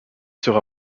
sera